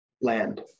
land